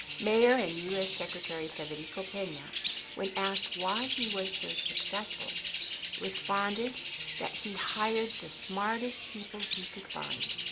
mayor and u s. secretary federico pena when asked why he was so successful responded that he hired the smartest people he could find,